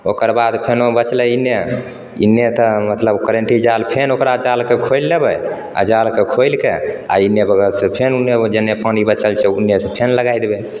ओकर बाद फेरो बचले इन्ने इन्ने तऽ मतलब करेंटी जाल फेर ओकरा जालके खोलि लेबै आ जालके खोइलके आ इन्ने बगल से फेर पानि उन्ने जेन्ने पानि बचल छै उन्ने से फेर लगाय देबै